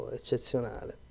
eccezionale